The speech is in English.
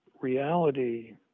reality